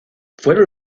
fueron